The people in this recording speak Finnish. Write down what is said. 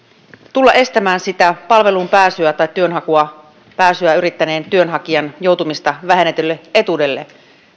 tulla estämään palveluun pääsyä tai työnhakua yrittäneen työnhakijan joutumista vähennetylle etuudelle